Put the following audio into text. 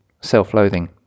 self-loathing